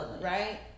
Right